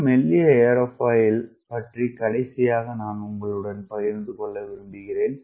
மிக மெல்லிய ஏரோஃபைல் பற்றி கடைசியாக நான் உங்களுடன் பகிர்ந்து கொள்ள விரும்புகிறேன்